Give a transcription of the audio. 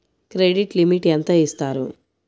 Credit limit ఎంత ఇస్తారు?